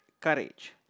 courage